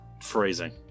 Phrasing